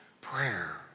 prayer